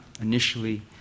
initially